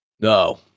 No